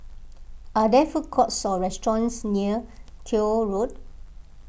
are there food courts or restaurants near Koek Road